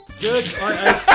Good